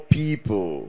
people